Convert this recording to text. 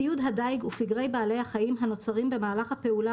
ציוד הדייג ופגרי בעלי החיים הנוצרים במהלך הפעולה